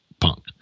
punk